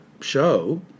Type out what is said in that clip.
show